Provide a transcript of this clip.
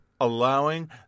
allowing